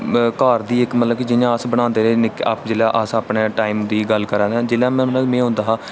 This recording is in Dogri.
घर दी मतलब इ'यै अस बनांदे रेह् जेल्लै अस अपने टाईम दी गल्ल कराने आं जि'यां मतलब में होंदा हा